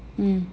mm